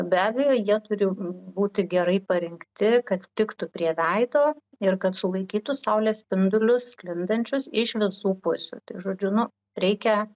be abejo jie turi būti gerai parinkti kad tiktų prie veido ir kad sulaikytų saulės spindulius sklindančius iš visų pusių tai žodžiu nu reikia